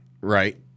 right